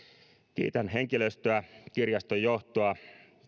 kiitän henkilöstöä kirjaston johtoa